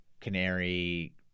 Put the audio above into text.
Canary